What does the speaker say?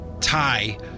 tie